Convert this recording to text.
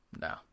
no